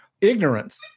ignorance